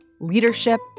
leadership